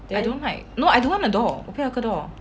I don't like no I don't want a door 我不要那个 door